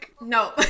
no